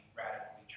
radically